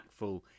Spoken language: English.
impactful